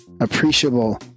appreciable